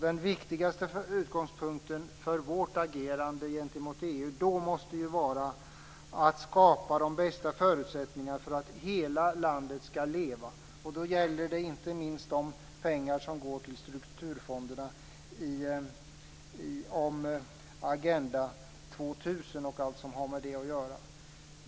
Den viktigaste utgångspunkten för vårt agerande gentemot EU måste vara att skapa de bästa förutsättningarna för att hela landet skall leva. Det gäller inte minst de pengar som går till strukturfonderna för Agenda 2000 och allt som har med det att göra.